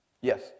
Yes